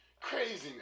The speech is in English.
Craziness